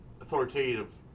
authoritative